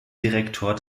direktor